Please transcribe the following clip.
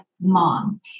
mom